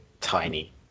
tiny